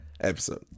episode